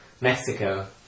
Mexico